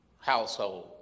household